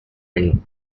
been